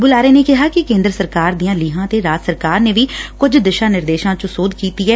ਬੁਲਾਰੇ ਨੇ ਕਿਹਾ ਕਿ ਕੇਂਦਰ ਸਰਕਾਰ ਦੀਆਂ ਲੀਹਾਂ ਤੇ ਰਾਜ ਸਰਕਾਰ ਨੇ ਵੀ ਕੁਝ ਦਿਸ਼ਾ ਨਿਰਦੇਸ਼ਾਂ ਚ ਸੋਧ ਕੀਤੀ ਐ